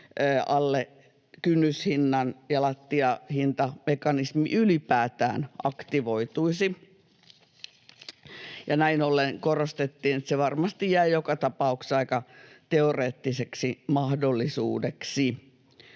alle kynnyshinnan ja lattiahintamekanismi ylipäätään aktivoituisi. Näin ollen korostettiin, että se varmasti jää joka tapauksessa aika teoreettiseksi mahdollisuudeksi.